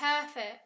perfect